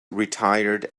retired